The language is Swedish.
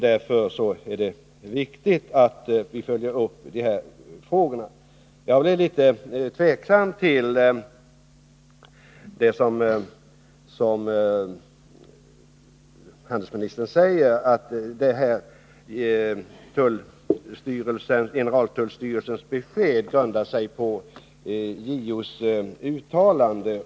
Därför är det viktigt att vi följer upp de här frågorna. Handelsministern säger att generaltullstyrelsens besked grundar sig på JO:s uttalande.